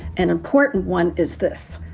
an important one is this.